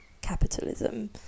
capitalism